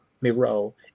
Miro